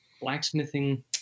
blacksmithing